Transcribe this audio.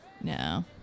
No